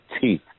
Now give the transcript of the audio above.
teeth